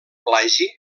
plagi